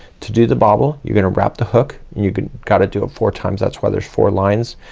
to do the bobble you're gonna wrap the hook. you gotta do it four times. that's why there's four lines.